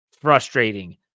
frustrating